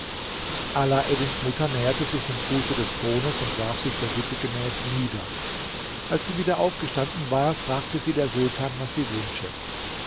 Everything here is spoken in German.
alaeddins mutter näherte sich dem fuße des thrones und warf sich der sitte gemäß nieder als sie wieder aufgestanden war fragte sie der sultan was sie wünsche